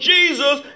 Jesus